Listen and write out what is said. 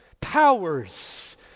powers